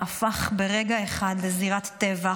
הפך ברגע אחד לזירת טבח,